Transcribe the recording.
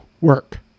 work